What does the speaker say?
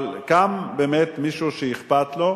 אבל קם באמת מישהו שאכפת לו,